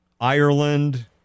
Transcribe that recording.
Ireland